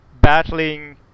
battling